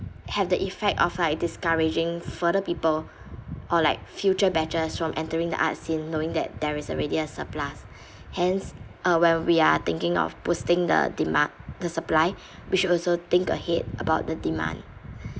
have the effect of like discouraging further people or like future batches from entering the arts scene knowing that there is already a surplus hence uh when we are thinking of boosting the demand the supply we should also think ahead about the demand